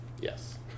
Yes